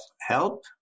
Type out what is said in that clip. help